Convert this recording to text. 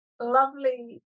lovely